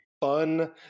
fun